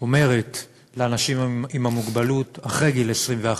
אומרת לאנשים עם מוגבלות אחרי גיל 21: